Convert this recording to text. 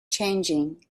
changing